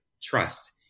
trust